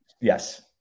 Yes